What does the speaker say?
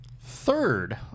third